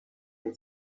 been